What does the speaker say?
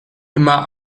immer